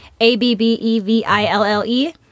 A-B-B-E-V-I-L-L-E